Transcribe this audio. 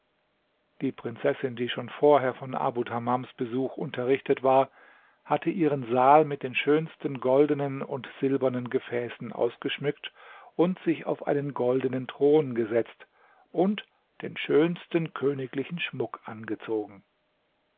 die prinzessin die schon vorher von abu tamams besuch unterrichtet war hatte ihren saal mit den schönsten goldenen und silbernen gefäßen ausgeschmückt sich auf einen goldenen thron gesetzt und den schönsten königlichen schmuck angezogen